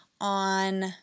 on